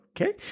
Okay